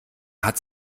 hat